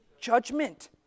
judgment